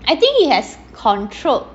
I think he has controlled